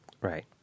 Right